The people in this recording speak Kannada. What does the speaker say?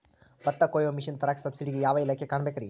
ಭತ್ತ ಕೊಯ್ಯ ಮಿಷನ್ ತರಾಕ ಸಬ್ಸಿಡಿಗೆ ಯಾವ ಇಲಾಖೆ ಕಾಣಬೇಕ್ರೇ?